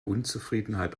unzufriedenheit